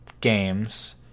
games